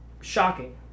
shocking